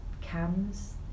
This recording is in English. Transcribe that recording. CAMs